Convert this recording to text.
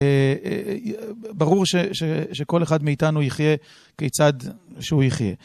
ברור שכל אחד מאיתנו יחיה כיצד שהוא יחיה.